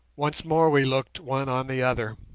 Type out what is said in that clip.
once more we looked one on the other.